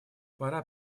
пора